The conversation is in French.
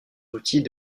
outils